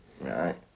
right